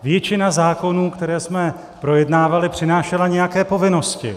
Většina zákonů, které jsme projednávali, přinášela nějaké povinnosti.